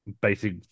basic